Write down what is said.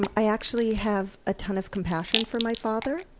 and i actually have a ton of compassion for my father.